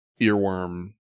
earworm